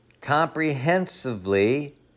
comprehensively